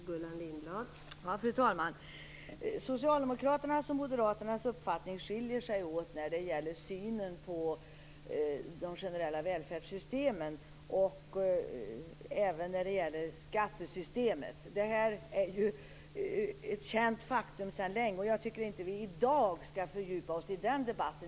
Fru talman! Socialdemokraternas och Moderaternas uppfattning skiljer sig åt när det gäller synen på de generella välfärdssystemen och även när det gäller skattesystemet. Det är ju ett känt faktum sedan länge. Jag tycker inte att vi i dag skall fördjupa oss i den debatten.